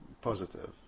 positive